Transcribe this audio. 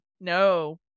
no